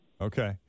Okay